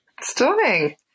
Stunning